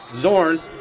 Zorn